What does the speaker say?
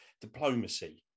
diplomacy